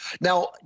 Now